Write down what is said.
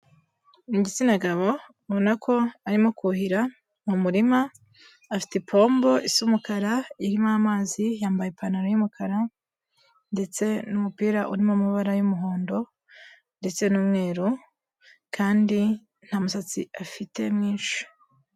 Igitsina gabo ubona ko arimo kuhira mu murima, afite ipombo isa umukara irimo amazi yambaye ipantaro y'umukara ndetse n'umupira urimo amabara y'umuhondo ndetse n'umweru, kandi nta musatsi afite mwinshi.